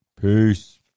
Peace